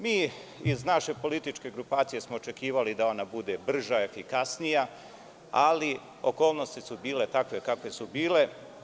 Mi iz naše političke grupacije smo očekivali da ona bude brža, efikasnija, ali okolnosti su bile takve kakve su bile.